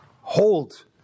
hold